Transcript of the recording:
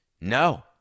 no